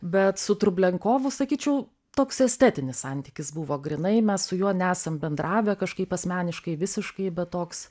bet su trublenkovu sakyčiau toks estetinis santykis buvo grynai mes su juo nesam bendravę kažkaip asmeniškai visiškai bet toks